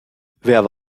wer